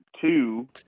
two